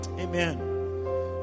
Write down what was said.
Amen